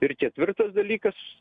ir ketvirtas dalykas